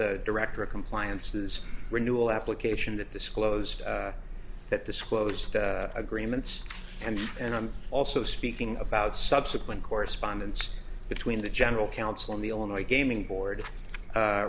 the director of compliances renewal application that disclosed that disclosed agreements and and i'm also speaking about subsequent correspondence between the general counsel and the illinois gaming board